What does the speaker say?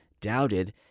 doubted